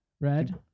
Red